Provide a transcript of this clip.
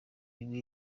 imwe